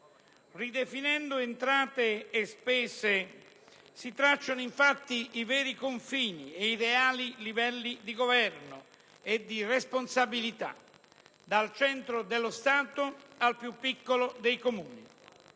Ridefinendo entrate e spese si tracciano infatti i veri confini e i reali livelli di governo e di responsabilità, dal centro dello Stato al più piccolo dei Comuni.